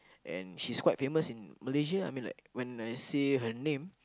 and she's quite famous in Malaysia I mean like when I say her name